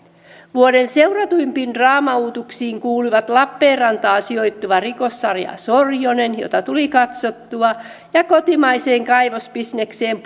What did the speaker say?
vuoden seuratuimpiin draamauutuuksiin kuuluivat lappeenrantaan sijoittuva rikossarja sorjonen jota tuli katsottua ja kotimaiseen kaivosbisnekseen